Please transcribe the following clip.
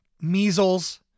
measles